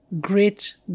great